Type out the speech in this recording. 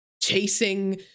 chasing